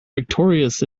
victorious